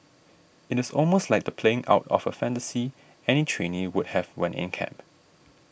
it is almost like the playing out of a fantasy any trainee would have when in camp